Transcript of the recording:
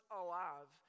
alive